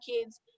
kids